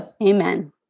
Amen